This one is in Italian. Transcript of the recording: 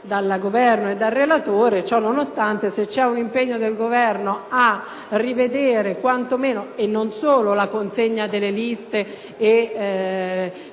dal Governo e dal relatore. Ciò nonostante, se c'è un impegno del Governo a rivedere non solo la consegna delle liste,